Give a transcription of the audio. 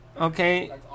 okay